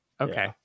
Okay